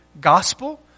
gospel